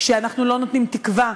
כשאנחנו לא נותנים תקווה,